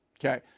okay